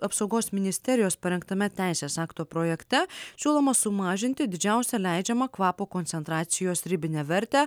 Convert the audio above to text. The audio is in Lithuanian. apsaugos ministerijos parengtame teisės akto projekte siūloma sumažinti didžiausią leidžiamą kvapo koncentracijos ribinę vertę